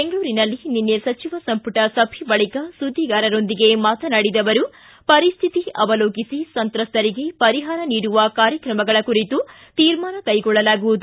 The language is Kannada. ಬೆಂಗಳೂರಿನಲ್ಲಿ ನಿನ್ನೆ ಸಚಿವ ಸಂಪುಟ ಸಭೆ ಬಳಿಕ ಸುದ್ದಿಗಾರರೊಂದಿಗೆ ಮಾತನಾಡಿದ ಅವರು ಪರಿಸ್ಟಿತಿ ಅವಲೋಕಿಸಿ ಸಂತ್ರಸ್ತರಿಗೆ ಪರಿಹಾರ ನೀಡುವ ಕಾರ್ಯಕ್ರಮಗಳ ಕುರಿತು ತೀರ್ಮಾನ ಕೈಗೊಳ್ಳಲಾಗುವುದು